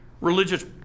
religious